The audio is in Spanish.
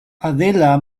adela